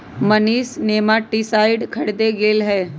Manish nematicide खरीदे गय लय